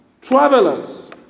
travelers